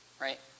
right